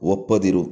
ಒಪ್ಪದಿರು